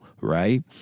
Right